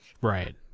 Right